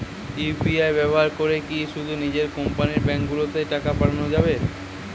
UPI ব্যবহার করে কি শুধু নিজের কোম্পানীর ব্যাংকগুলিতেই টাকা পাঠানো যাবে?